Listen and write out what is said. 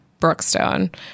Brookstone